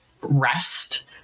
rest